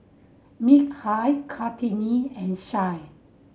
Mikhail Kartini and Said